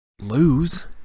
lose